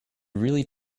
really